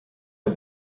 der